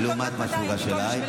אני יודעת היטב,